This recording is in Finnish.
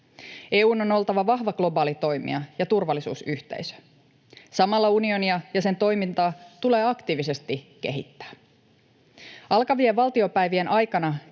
EU:n on oltava vahva globaali toimija ja turvallisuusyhteisö. Samalla unionia ja sen toimintaa tulee aktiivisesti kehittää. Alkavien valtiopäivien aikana